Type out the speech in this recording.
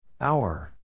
Hour